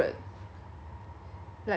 one horse one otter-sized horse